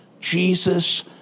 Jesus